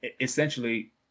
essentially